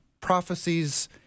prophecies